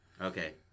okay